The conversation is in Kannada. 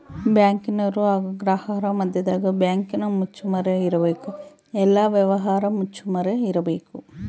ಬ್ಯಾಂಕಿನರು ಹಾಗು ಗ್ರಾಹಕರ ಮದ್ಯದಗ ಬ್ಯಾಂಕಿನ ಮುಚ್ಚುಮರೆ ಇರಬೇಕು, ಎಲ್ಲ ವ್ಯವಹಾರ ಮುಚ್ಚುಮರೆ ಇರಬೇಕು